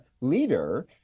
leader